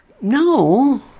No